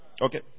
Okay